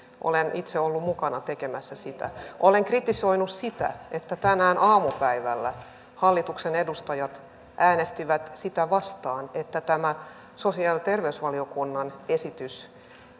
olen itse ollut mukana tekemässä sitä olen kritisoinut sitä että tänään aamupäivällä hallituksen edustajat äänestivät sitä vastaan että sosiaali ja terveysvaliokunnan esitys